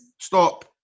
stop